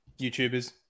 YouTubers